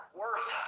worth